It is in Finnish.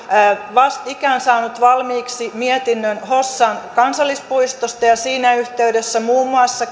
vastikään saanut valmiiksi mietinnön hossan kansallispuistosta ja ja siinä yhteydessä kävi muun muassa